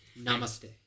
Namaste